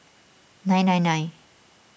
nine nine nine